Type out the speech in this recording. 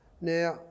Now